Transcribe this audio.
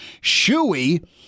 Shuey